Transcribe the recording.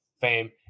fame